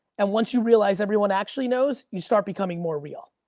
and once you realize everyone actually knows, you start becoming more real.